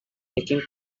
taking